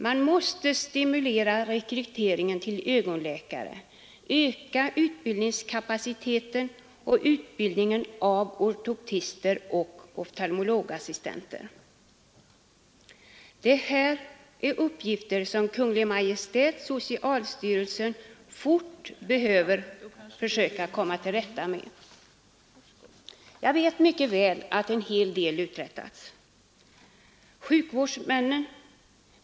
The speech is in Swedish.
Man måste stimulera rekryteringen till ögonläkare samt öka utbildningskapaciteten och utbildningen av ortoptister och oftalmologassistenter. Det här är uppgifter som Kungl. Maj:t och socialstyrelsen snabbt behöver komma till rätta med. Jag vet att en del uträttats.